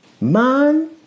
Man